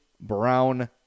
brown